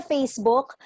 Facebook